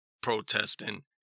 protesting